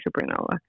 supernova